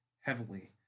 heavily